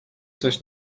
coś